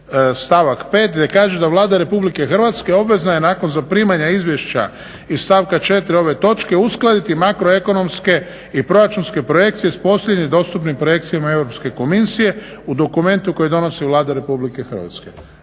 stavak 5. gdje kaže da Vlada Republike Hrvatske obvezna je nakon zaprimanja izvješća iz stavka 4. ove točke uskladiti makroekonomske i proračunske projekcije s posljednjim dostupnim projekcijama Europske komisije u dokumentu koji donosi Vlada Republike Hrvatske.